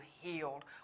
healed